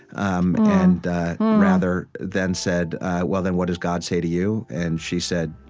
um and, rather then said, well, then, what does god say to you? and she said,